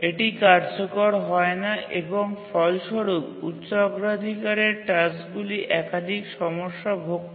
এটি কার্যকর হয় না এবং ফলস্বরূপ উচ্চ অগ্রাধিকারের টাস্কগুলি একাধিক সমস্যা ভোগ করে